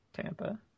Tampa